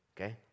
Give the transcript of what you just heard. okay